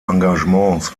engagements